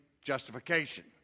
justification